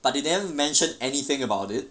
but they never mention anything about it about it